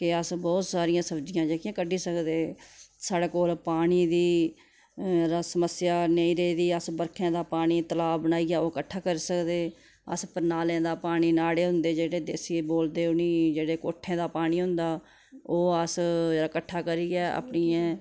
कि अस बोह्त सारियां सब्ज़ियां जेह्की अस कड्ढी सकदे साढ़े कोल पानी दी समस्या नेईं रेह्दी अस बरखें दा पानी तलाऽ बनाइयै ओह् कट्ठा करी सकदे अस परनालें दा पानी नाड़े होंदे जेह्ड़े देसी बोलदे उ'नेंगी जेह्ड़े कोठें दा पानी होंदा ओह् अस कट्ठा करियै अपनियें